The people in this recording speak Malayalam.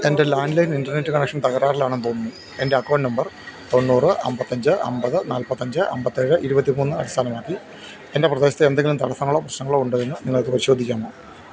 എൻ്റെ ലാന്ഡ് ലൈന് ഇന്റര്നെറ്റ് കണക്ഷൻ തകരാറിലാണെന്ന് തോന്നുന്നു എന്റെ അക്കൗണ്ട് നമ്പർ തൊണ്ണൂറ് അമ്പത്തഞ്ച് അമ്പത് നാല്പ്പത്തഞ്ച് അമ്പത്തേഴ് ഇരുപത്തിമൂന്ന് അടിസ്ഥാനമാക്കി എന്റെ പ്രദേശത്തെ എന്തെങ്കിലും തടസ്സങ്ങളോ പ്രശ്നങ്ങളോ ഉണ്ടോ എന്ന് നിങ്ങൾക്ക് പരിശോധിക്കാമോ